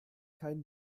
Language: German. kein